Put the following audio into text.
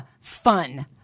fun